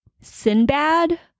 Sinbad